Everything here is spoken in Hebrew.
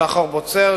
שחר בוצר,